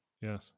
yes